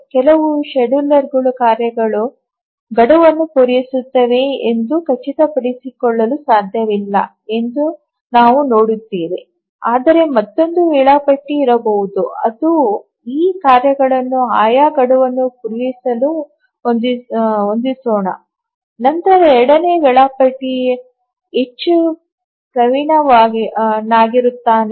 ಕೆಲವು ಶೆಡ್ಯೂಲರ್ಗಳು ಕಾರ್ಯಗಳು ಗಡುವನ್ನು ಪೂರೈಸುತ್ತವೆಯೆ ಎಂದು ಖಚಿತಪಡಿಸಿಕೊಳ್ಳಲು ಸಾಧ್ಯವಿಲ್ಲ ಎಂದು ನಾವು ನೋಡುತ್ತೇವೆ ಆದರೆ ಮತ್ತೊಂದು ವೇಳಾಪಟ್ಟಿ ಇರಬಹುದು ಅದು ಈ ಕಾರ್ಯಗಳನ್ನು ಆಯಾ ಗಡುವನ್ನು ಪೂರೈಸಲು ಹೊಂದಿಸೋಣ ನಂತರ ಎರಡನೇ ವೇಳಾಪಟ್ಟಿ ಹೆಚ್ಚು ಪ್ರವೀಣನಾಗಿರುತ್ತಾನೆ